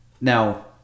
Now